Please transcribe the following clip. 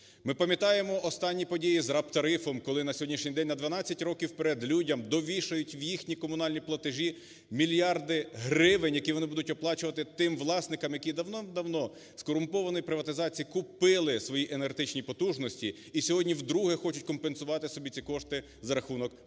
Ми пам'ятаємо останні події з RAB-тарифом, коли на сьогоднішній день на 12 років вперед людям довішують в їхні комунальні платежі мільярди гривень, які вони будуть оплачувати тим власникам, які давним-давно з корумпованої приватизації купили свої енергетичні потужності і сьогодні вдруге хочуть компенсувати собі ці кошти за рахунок простих